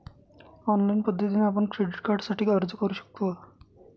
Online पद्धतीने आपण credit कार्डसाठी अर्ज करु शकतो का?